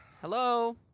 Hello